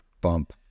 bump